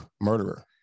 murderer